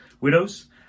widows